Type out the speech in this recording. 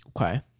Okay